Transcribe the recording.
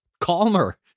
calmer